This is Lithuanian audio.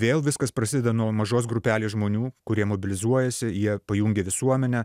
vėl viskas prasideda nuo mažos grupelės žmonių kurie mobilizuojasi jie pajungia visuomenę